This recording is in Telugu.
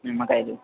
నిమ్మకాయలు